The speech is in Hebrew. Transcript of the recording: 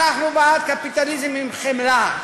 אנחנו בעד קפיטליזם עם חמלה.